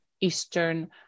Eastern